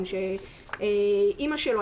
אז נשאלות שאלות.